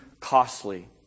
costly